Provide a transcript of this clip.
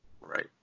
Right